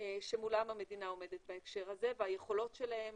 שמולם המדינה עומדת בהקשר הזה והיכולות שלהם